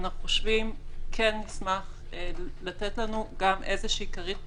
נשמח לתת לנו כרית ביטחון,